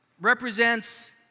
represents